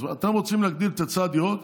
אז אתם רוצים להגדיל את היצע הדירות,